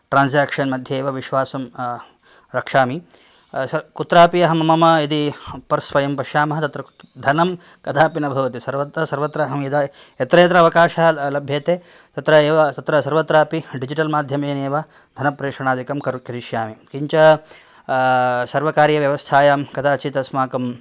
transaction मध्ये एव विश्वासं रक्षामि कुत्रापि अहं मम यदि पर्स स्वयं पश्यामः तत्र धनं कदापि न भवति सर्वत्र अहं यदा यत्र यत्र अवकाशः लभ्यते तत्र एव सर्वत्र अपि डिजिटल् माध्यमेन एव धनप्रेषणादिकं करिष्यामि किञ्च सर्वकारीयव्यवस्थायां कदाचिद् अस्माकं